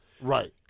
right